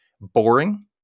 boring